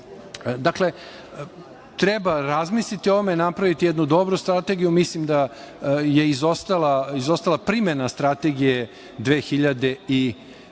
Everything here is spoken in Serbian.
litru. Dakle, treba razmisliti o ovome, napraviti dobru strategiju. Mislim da je izostala primena strategije 2014/2024.